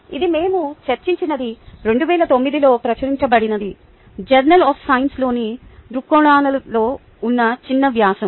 ఇది మేము చర్చించినది 2009 లో ప్రచురించబడిన జర్నల్ సైన్స్ లోని దృక్కోణాలలో ఉన్న చిన్న వ్యాసం